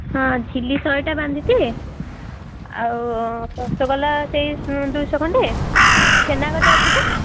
ହଁ ଝିଲ୍ଲି ଶହେଟା ବାନ୍ଧିଥିବେ ଆଉ ରସଗୋଲା ସେଇ ଦୁଇଶହ ଖଣ୍ଡେ ଛେନାଗଜା ଅଛି ତ